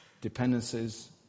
dependencies